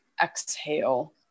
exhale